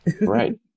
Right